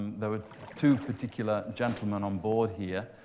there two particular gentlemen on board here,